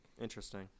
Interesting